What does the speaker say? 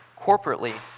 corporately